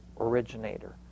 originator